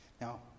Now